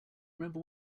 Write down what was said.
remember